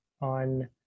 on